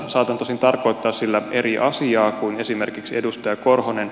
saatan tosin tarkoittaa sillä eri asiaa kuin esimerkiksi edustaja korhonen